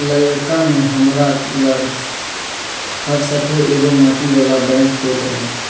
लइरका में हमरा लग हरशठ्ठो एगो माटी बला बैंक होइत रहइ